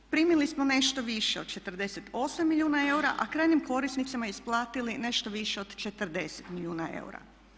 Primili smo nešto više od 48 milijuna eura a krajnjim korisnicima isplatili nešto više od 40 milijuna eura.